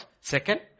Second